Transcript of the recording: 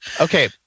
Okay